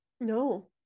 no